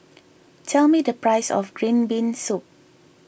tell me the price of Green Bean Soup